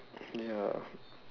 ya